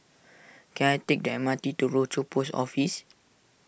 can I take the M R T to Rochor Post Office